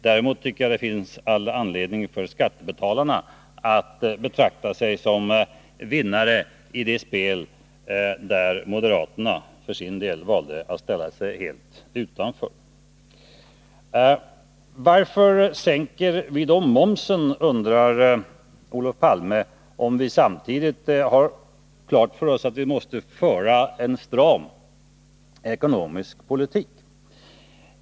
Däremot tycker jag det finns all anledning för skattebetalarna att betrakta sig som vinnare i det spel där moderaterna för sin del valde att ställa sig helt utanför. Varför sänker vi då momsen — undrar Olof Palme — om vi samtidigt har klart för oss att det gäller att föra en stram ekonomisk politik?